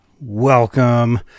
welcome